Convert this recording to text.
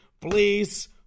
please